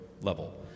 level